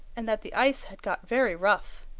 and that the ice had got very rough.